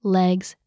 legs